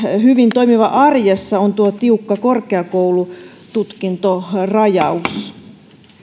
hyvin toimiva arjessa on tuo tiukka korkeakoulututkintorajaus